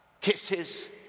kisses